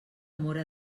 móra